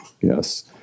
yes